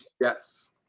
Yes